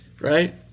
right